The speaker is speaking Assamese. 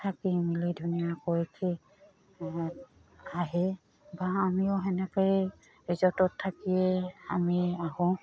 থাকি মেলি ধুনীয়া কৈ আহে বা আমিও সেনেকৈয়ে ৰিজৰ্টত থাকিয়ে আমি আহোঁ